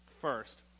first